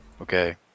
Okay